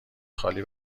خالی